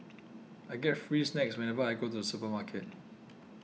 I get free snacks whenever I go to the supermarket